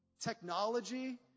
Technology